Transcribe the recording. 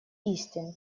истин